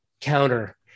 counter